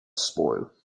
spoil